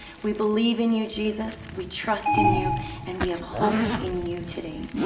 we believe in you, jesus. we trust in you and we have hope in you today.